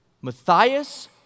Matthias